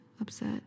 upset